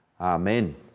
Amen